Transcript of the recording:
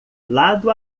lado